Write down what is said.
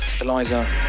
Eliza